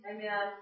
Amen